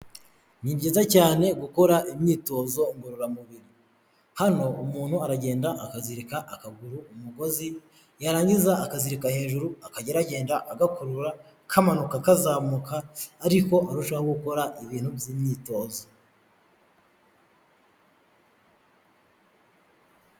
Ni byiza cyane gukora imyitozo ngororamubiri, hano umuntu aragenda akazirika akaguru umugozi yarangiza akazirika hejuru akajya aragenda agakurura kamanuka kazamuka ariko arushaho gukora ibintu by'imyitozo.